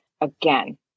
again